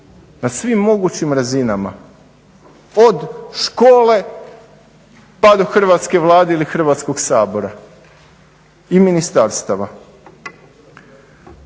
na svim mogućim razinama od škole pa da Hrvatske Vlade ili Hrvatskog sabora i ministarstava.